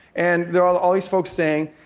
and there are all all these folks saying,